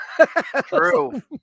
True